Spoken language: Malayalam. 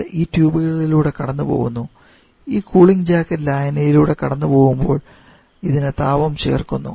ഇത് ഈ ട്യൂബുകളിലൂടെ കടന്നുപോകുന്നു ഈ കൂളിംഗ് ജാക്കറ്റ് ലായനിയിലൂടെ കടന്നുപോകുമ്പോൾ ഇതിന് താപം ചേർക്കുന്നു